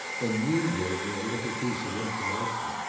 then you gave me a little piece of information.